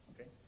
okay